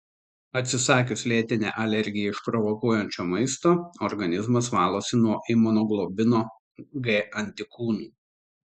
atsisakius lėtinę alergiją išprovokuojančio maisto organizmas valosi nuo imunoglobulino g antikūnų